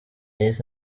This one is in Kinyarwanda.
keith